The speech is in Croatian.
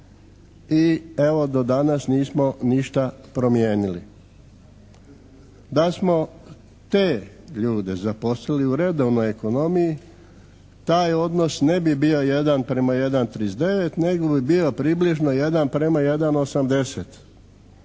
i evo do danas nismo ništa promijenili. Da smo te ljude zaposlili u redovnoj ekonomiji taj odnos ne bi bio jedan prema 1,39 nego bi bio približno jedan prema 1,80,